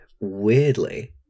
Weirdly